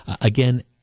again